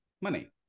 money